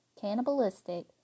cannibalistic